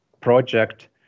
project